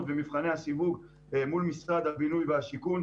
ומבחני הסיווג מול משרד הבינוי והשיכון,